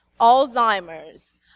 Alzheimer's